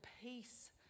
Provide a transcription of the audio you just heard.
peace